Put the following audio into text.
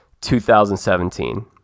2017